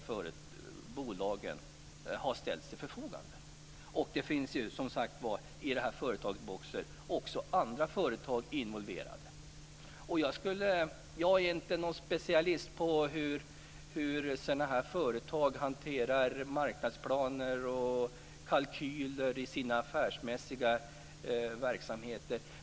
I företaget Boxer finns också andra företag involverade. Jag är inte specialist på hur sådana här företag hanterar marknadsplaner och kalkyler i sina verksamheter.